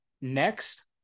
next